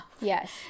Yes